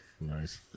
Nice